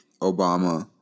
Obama